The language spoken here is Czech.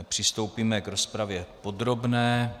Přistoupíme k rozpravě podrobné.